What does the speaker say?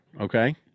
okay